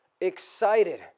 excited